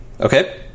Okay